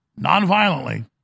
nonviolently